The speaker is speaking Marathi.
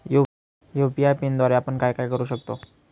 यू.पी.आय पिनद्वारे आपण काय काय करु शकतो?